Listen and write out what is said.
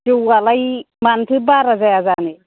जौआलाय मानोथो बारा जाया जानो